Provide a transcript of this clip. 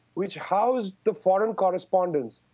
which housed the foreign correspondents.